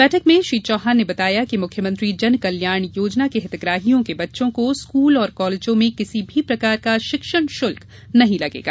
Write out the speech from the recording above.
बैठक में श्री चौहान ने बताया कि मुख्यमंत्री जन कल्याण योजना के हितग्राहियों के बच्चों को स्कूल और कॉलेजों में किसी भी प्रकार का शिक्षण शुल्क नहीं लगेगा